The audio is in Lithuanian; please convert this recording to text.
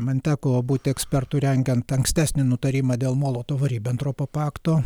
man teko būti ekspertu rengiant ankstesnį nutarimą dėl molotovo ribentropo pakto